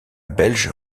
belge